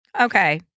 Okay